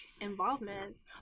involvements